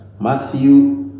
matthew